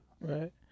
Right